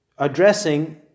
addressing